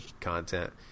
content